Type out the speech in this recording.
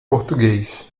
português